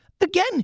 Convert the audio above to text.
Again